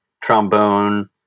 trombone